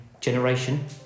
generation